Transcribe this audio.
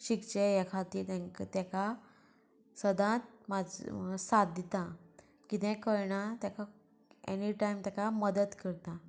शिकचे हे खातीर तें तेका सदांच सात दिता कितें कळना तेका एनी टायम तेका मदत करता